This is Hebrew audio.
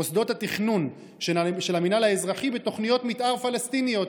איך מטפלים מוסדות התכנון של המינהל האזרחי בתוכניות מתאר פלסטיניות?